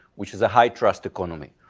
which is a high-trust economy.